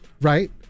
Right